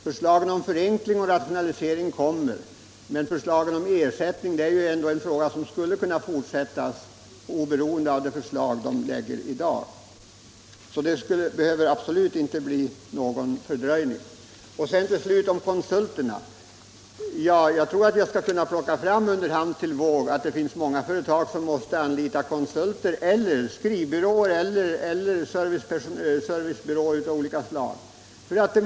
Förslagen om förenkling och rationalisering kan nu läggas fram, även om förslagen när det gäller ersättning behandlas fortsättningsvis. Det behöver absolut inte bli någon fördröjning. Till slut några ord om konsulterna. Jag tror att jag under hand skulle kunna plocka fram uppgifter till herr Wååg om olika företag som måste anlita konsulter, skrivbyråer eller servicebyråer av andra slag.